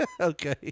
Okay